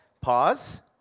Pause